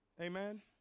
Amen